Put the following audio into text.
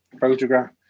photograph